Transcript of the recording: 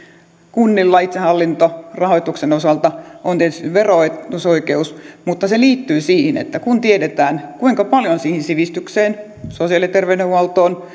kunnilla itsehallinto rahoituksen osalta on tietysti verotusoikeus mutta se liittyy siihen että kun tiedetään kuinka paljon siihen sivistykseen sosiaali ja terveydenhuoltoon